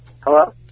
Hello